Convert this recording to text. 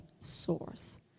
source